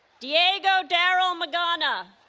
diego daryl magana